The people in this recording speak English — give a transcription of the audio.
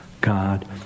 God